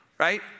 Right